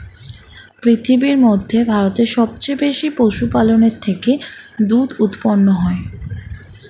পৃথিবীর মধ্যে ভারতে সবচেয়ে বেশি পশুপালনের থেকে দুধ উৎপন্ন হয়